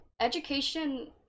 Education